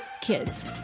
kids